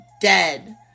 dead